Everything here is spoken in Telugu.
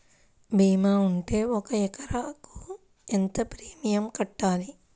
భీమా ఉంటే ఒక ఎకరాకు ఎంత ప్రీమియం కట్టాలి?